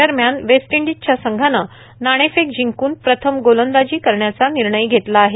दरम्यान वेस्टइंडिज संघाने नाणेफेक जिंकून प्रथम गोलंदाजी करण्याचा निर्णय घेतला आहे